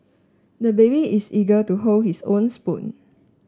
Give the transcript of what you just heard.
the baby is eager to hold his own spoon